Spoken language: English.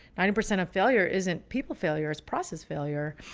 ninety percent of failure isn't people failures, process failure.